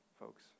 folks